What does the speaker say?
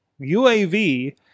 UAV